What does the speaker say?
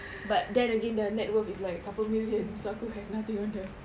but then again their net worth is like berapa million so aku have nothing on them